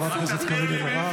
חברת הכנסת קארין אלהרר,